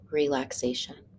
relaxation